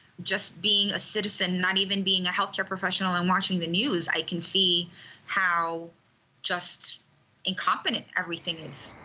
just being a citizen, not even being a health care professional and watching the news, i can see how just incompetent everything is.